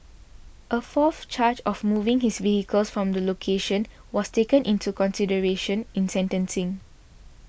a fourth charge of moving his vehicle from the location was taken into consideration in sentencing